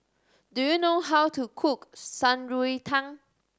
do you know how to cook Shan Rui Tang